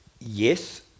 Yes